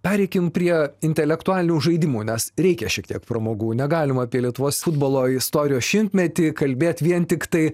pereikim prie intelektualių žaidimų nes reikia šiek tiek pramogų negalima apie lietuvos futbolo istorijos šimtmetį kalbėt vien tiktai